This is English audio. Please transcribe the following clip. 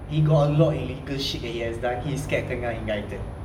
he got a lot illegal shit that he has done he scared kena indicted